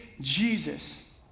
Jesus